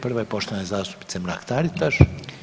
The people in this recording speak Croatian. Prva je poštovane zastupnice Mrak Taritaš.